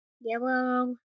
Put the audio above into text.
yellow